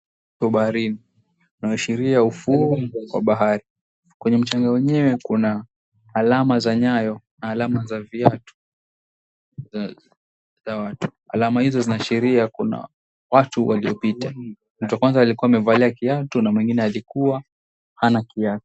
Baharini, kunaashiria ufuo wa bahari, kwenye mchanga wenyewe kuna alama za nyayo na alama za viatu za watu. Alama hizo zinaashiria kuna watu waliopita, mtu wa kwanza likuwa amevalia kiatu na mwingine alikua hana kiatu.